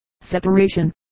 separation